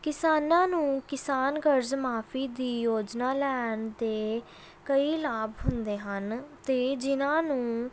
ਕਿਸਾਨਾਂ ਨੂੰ ਕਿਸਾਨ ਕਰਜ਼ ਮੁਆਫੀ ਦੀ ਯੋਜਨਾ ਲੈਣ 'ਤੇ ਕਈ ਲਾਭ ਹੁੰਦੇ ਹਨ ਅਤੇ ਜਿਹਨਾਂ ਨੂੰ